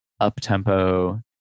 up-tempo